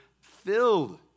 filled